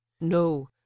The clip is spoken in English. no